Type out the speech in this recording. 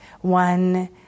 one